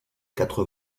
quatre